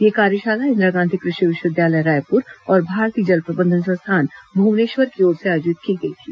यह कार्यशाला इंदिरा गांधी कृषि विश्वविद्यालय रायपुर और भारतीय जल प्रबंधन संस्थान भुवनेश्वर की ओर से आयोजित की गई थी